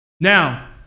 Now